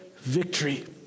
victory